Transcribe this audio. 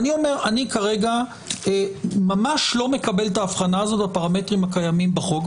אני כרגע ממש לא מקבל את ההבחנה הזאת בפרמטרים הקיימים בחוק,